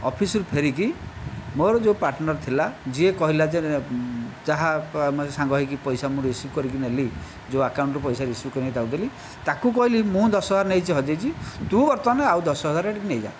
ଅଫିସ୍ରୁ ଫେରିକି ମୋର ଯେଉଁ ପାର୍ଟନର ଥିଲା ଯିଏ କହିଲା ଯେ ଯାହା ସାଙ୍ଗ ହୋଇକି ପଇସା ମୁଁ ରିସିଭ୍ କରିକି ନେଲି ଯେଉଁ ଆକାଉଣ୍ଟରୁ ପଇସା ରିସିଭ୍ କରି ନେଇ ତାକୁ ଦେଲି ତାକୁ କହିଲି ମୁଁ ଦଶ ହଜାର ନେଇଛି ହଜାଇଛି ତୁ ବର୍ତ୍ତମାନ ଆଉ ଦଶ ହଜାର ଏଇଠି ନେଇଯା